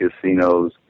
casinos